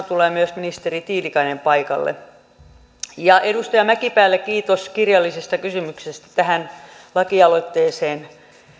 tulee myös ministeri tiilikainen paikalle edustaja mäkipäälle kiitos kirjallisesta kysymyksestä tähän lakialoitteeseen